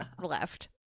left